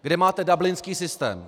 Kde máte dublinský systém?